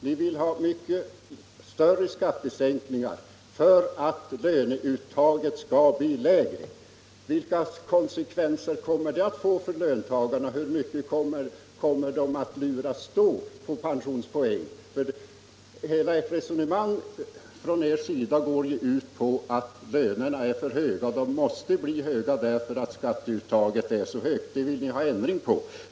Ni vill ha mycket större skattesänkningar för att löneuttaget skall bli lägre. Vilka konsekvenser kommer det att få för löntagarna? Hur mycket skulle de i så fall luras på i fråga om pensionspoäng? Hela ert resonemang går ut på att lönerna är för höga, och ni menar att de måste vara höga därför att skatteuttaget är så stort. Det vill ni ändra på.